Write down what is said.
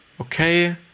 okay